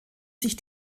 sich